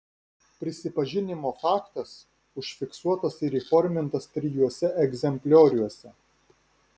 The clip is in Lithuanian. prisipažinimo faktas užfiksuotas ir įformintas trijuose egzemplioriuose